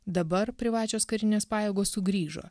dabar privačios karinės pajėgos sugrįžo